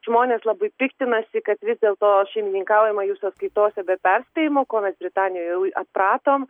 žmonės labai piktinasi kad vis dėlto šeimininkaujama jų sąskaitose be perspėjimo ko mes britanijoje jau atpratom